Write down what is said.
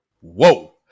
Whoa